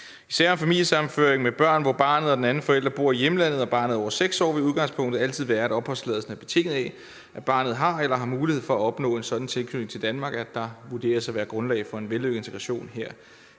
I sager om familiesammenføring med børn, hvor barnet og den anden forælder bor i hjemlandet og barnet er over 6 år, vil udgangspunktet altid være, at opholdstilladelsen er betinget af, at barnet har eller har mulighed for at opnå en sådan tilknytning til Danmark, at der vurderes at være grundlag for en vellykket integration her i